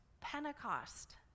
Pentecost